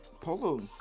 Polo